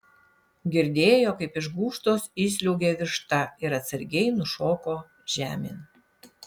girdėjo kaip iš gūžtos išsliuogė višta ir atsargiai nušoko žemėn